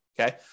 Okay